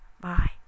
bye